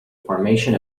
formation